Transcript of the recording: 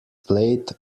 plate